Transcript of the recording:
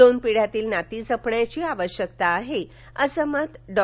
दोन पिढ्यातील नाती जपण्याची आवश्यकता आहे असं मत डॉ